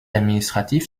administratif